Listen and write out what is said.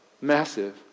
massive